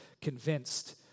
convinced